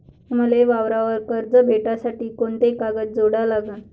मले वावरावर कर्ज भेटासाठी कोंते कागद जोडा लागन?